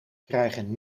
krijgen